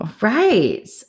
Right